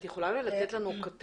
את יכולה לתת לנו כותרת?